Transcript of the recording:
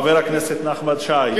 חבר הכנסת נחמן שי,